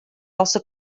also